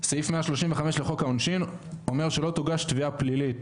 סעיף 135 לחוק העונשין אומר שלא תוגש תביעה פלילית